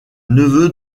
neveu